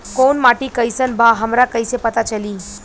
कोउन माटी कई सन बा हमरा कई से पता चली?